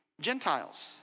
Gentiles